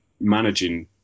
managing